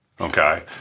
Okay